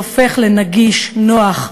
שהופך לנגיש, נוח,